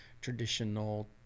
traditional